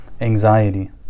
anxiety